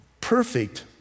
perfect